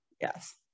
Yes